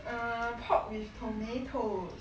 um pork with tomatoes are you like this dish at